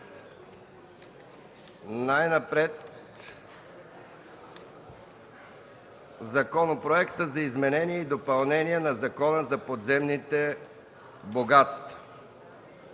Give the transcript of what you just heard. гласуване Законопроекта за изменение и допълнение на Закона за подземните богатства,